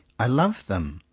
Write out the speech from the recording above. i love them,